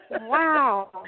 Wow